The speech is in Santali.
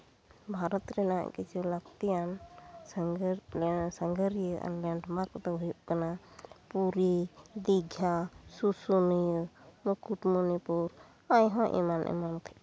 ᱵᱷᱟᱨᱚᱛ ᱨᱮᱱᱟᱝ ᱠᱤᱪᱷᱩ ᱞᱟ ᱠᱛᱤᱭᱟᱱ ᱥᱟᱸᱜᱷᱟᱹᱨ ᱥᱟᱹᱜᱷᱟᱹᱨᱤᱭᱟᱹ ᱞᱮᱱᱰ ᱢᱟᱨᱠ ᱠᱚᱫᱚ ᱦᱩᱭᱩᱜ ᱠᱟᱱᱟ ᱯᱩᱨᱤ ᱫᱤᱜᱷᱟ ᱥᱩᱥᱩᱱᱤᱭᱟᱹ ᱢᱩᱠᱩᱴᱢᱚᱱᱤᱯᱩᱨ ᱟᱨ ᱦᱚᱸ ᱮᱢᱟᱱ ᱮᱢᱟᱱ ᱛᱮᱭᱟᱜ